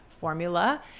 formula